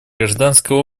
гражданское